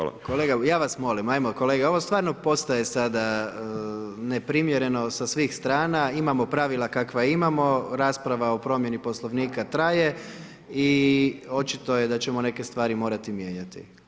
Kolega Bulj, ja vas molim, ajmo kolege, ovo stvarno postaje sada neprimjereno sa svih strana, imamo pravila kakva imamo, rasprava o promjeni Poslovnika traje i očito je da ćemo neke stvari morati mijenjati.